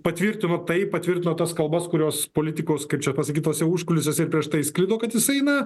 patvirtino tai patvirtino tas kalbas kurios politikos kaip čia pasakyt tuose užkulisiuose ir prieš tai sklido kad jisai na